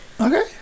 Okay